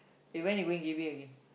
eh when you going J_B again